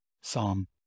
psalm